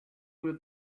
will